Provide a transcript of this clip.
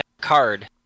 card